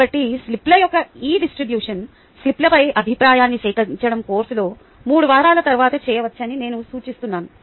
కాబట్టి స్లిప్ల యొక్క ఈ డిస్ట్రిబ్యూషన్ స్లిప్లపై అభిప్రాయాన్ని సేకరించడం కోర్సులో 3 వారాల తరువాత చేయవచ్చని నేను సూచిస్తున్నాను